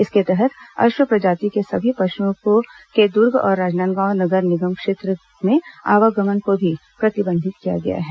इसके तहत अश्व प्रजाति के सभी पशुओं के दुर्ग और राजनांदगांव नगर निगम क्षेत्र में आवागमन को भी प्रतिबंधित किया गया है